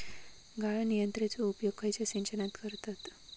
गाळण यंत्रनेचो उपयोग खयच्या सिंचनात करतत?